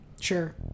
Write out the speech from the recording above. Sure